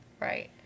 Right